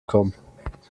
kommen